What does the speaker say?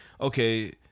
okay